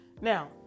now